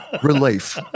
Relief